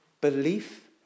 Belief